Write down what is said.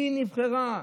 היא נבחרה,